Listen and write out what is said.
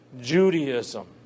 Judaism